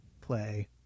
play